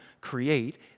create